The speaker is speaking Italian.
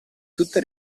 tutta